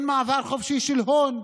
אין מעבר חופשי של הון,